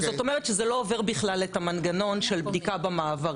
זאת אומרת שזה לא עובר בכלל את המנגנון של בדיקה במעברים.